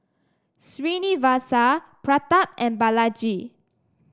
Srinivasa Pratap and Balaji